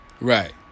Right